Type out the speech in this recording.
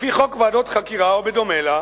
לפי חוק ועדות חקירה ובדומה לה,